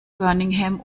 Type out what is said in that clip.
birmingham